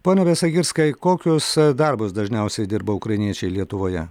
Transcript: pone besagirskai kokius darbus dažniausiai dirba ukrainiečiai lietuvoje